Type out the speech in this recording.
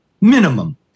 minimum